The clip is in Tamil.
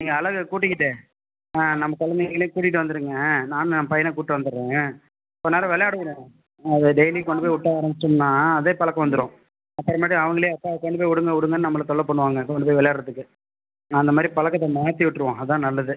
நீங்க அழகை கூட்டிகிட்டு நம்ம குழந்தைங்களையும் கூட்டிகிட்டு வந்துருங்க நானும் என் பையனை கூட்டிகிட்டு வந்துவிடுறேன் கொஞ்சம் நேரம் விளையாட விடுவோம் டெய்லியும் கொண்டு போய் விட்ட ஆரமிச்சம்ன்னா அதே பழக்கம் வந்துரும் அப்புறமேட்டு அவனுங்களே அப்பா கொண்டு போய் விடுங்க விடுங்கன்னு நம்மள தொல்லை பண்ணுவாங்க கொண்டு போய் விளையாடறதுக்கு நான் அந்த மாதிரி பழக்கத்தை மாற்றி விட்டுருவோம் அதான் நல்லது